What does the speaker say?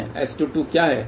S22 क्या है